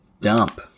dump